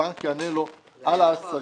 הבנק יענה לו על ההשגה